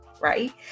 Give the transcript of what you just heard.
right